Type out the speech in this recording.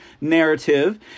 narrative